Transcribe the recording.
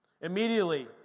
immediately